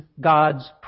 God's